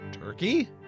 turkey